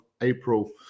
april